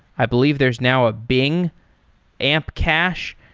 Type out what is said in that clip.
i believe there is now a bing amp cache,